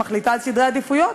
שמחליטה על סדרי עדיפויות,